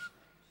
בבקשה.